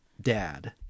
dad